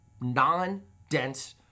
non-dense